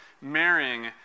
marrying